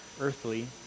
earthly